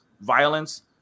violence